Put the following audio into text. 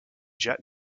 jet